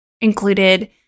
included